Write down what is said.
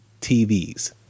TVs